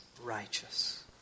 righteous